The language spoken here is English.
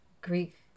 Greek